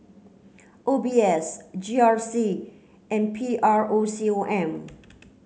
O B S G R C and P R O C O M